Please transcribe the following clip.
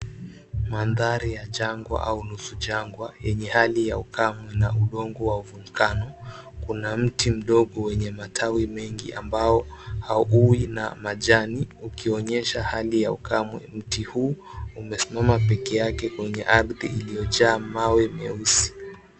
Mandhari ya jangwa au nusu jangwa yenye hali ya ukame na udongo wa volkano. Kuna mti mdogo wenye matawi mengi ambao haukui na majani ukionyesha hali ya ukame. Mti huu umesimama pekee yake kwenye ardhi iliyojaa mawe meusi.